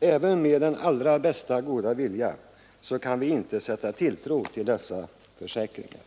även med den allra bästa vilja kan vi inte sätta tilltro till dessa försäkringar.